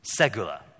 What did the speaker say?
segula